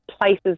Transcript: places